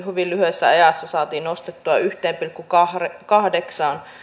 hyvin lyhyessä ajassa saatiin nostettua yhteen pilkku kahdeksaan